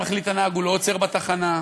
מתי מחליט הנהג, הוא לא עוצר בתחנה,